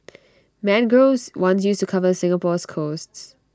mangroves once used to cover Singapore's coasts